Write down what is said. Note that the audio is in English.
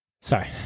Sorry